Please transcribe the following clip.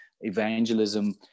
evangelism